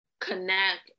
connect